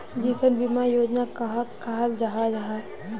जीवन बीमा योजना कहाक कहाल जाहा जाहा?